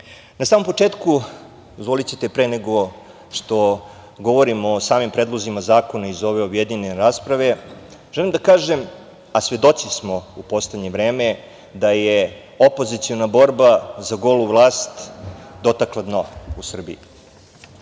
samom početku, pre nego što govorimo o samim predlozima zakona iz ove objedinjene rasprave, želim da kažem, a svedoci smo u poslednje vreme, da je opoziciona borba za golu vlast dotakla dno u Srbiji.